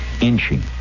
inching